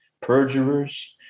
perjurers